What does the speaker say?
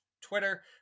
Twitter